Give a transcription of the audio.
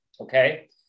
okay